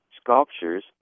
sculptures